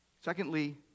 Secondly